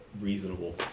reasonable